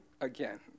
again